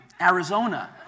Arizona